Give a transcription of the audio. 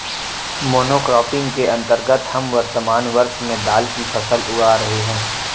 monocropping के अंतर्गत हम वर्तमान वर्ष में दाल की फसल उगा रहे हैं